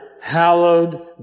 hallowed